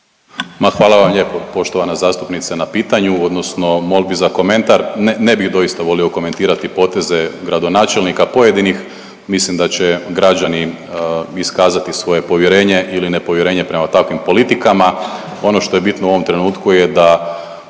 hvala lijepa poštovana zastupnice na pitanju odnosno molbi za komentar. Ne bih doista volio komentirati poteze gradonačelnika pojedinih, mislim da će građani iskazati svoje povjerenje ili nepovjerenje prema takvim politikama. Ono što je bitno u ovom trenutku da